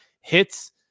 hits